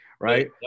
Right